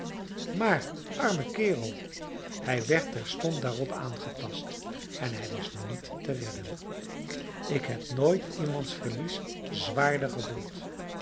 maar arme kerel hij werd terstond daarop aangetast en hij was niet te redden ik heb nooit iemands verlies zwaarder gevoeld